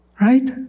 right